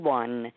one